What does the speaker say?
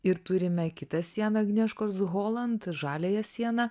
ir turime kitą sieną agnieškos holand žaliąją sieną